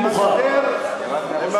במקרה כזה האימא לא תחזור.